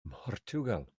mhortiwgal